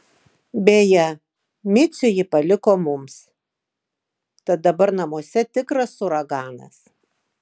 beje micių ji paliko mums tad dabar namuose tikras uraganas